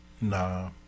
Nah